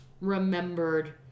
remembered